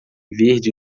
verde